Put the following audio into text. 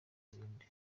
n’ibindi